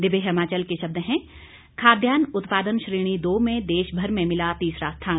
दिव्य हिमाचल के शब्द हैं खाद्यान्न उत्पादन श्रेणी दो में देश भर में मिला तीसरा स्थान